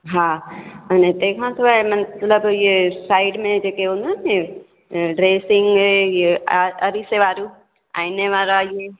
हा अने तंहिं खां सवाइ म मतलबु इहे साइड में जेके हूंदा आहिनि ने ड्रेसिंग ऐं इहा अ अरिसे वारू आइने वारा इहे